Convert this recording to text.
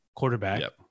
Quarterback